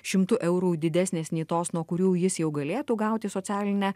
šimtu eurų didesnės nei tos nuo kurių jis jau galėtų gauti socialinę